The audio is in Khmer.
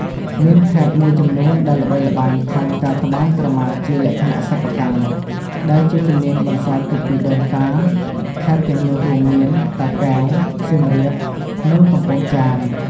មានខេត្តមួយចំនួនដែលល្បីល្បាញខាងការត្បាញក្រមាជាលក្ខណៈសិប្បកម្ម ដែលជាជំនាញបន្សល់ទុកពីដូនតា ខេត្តទាំងនោះរួមមាន តាកែវ សៀមរាប និងកំពង់ចាម។